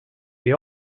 they